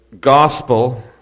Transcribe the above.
Gospel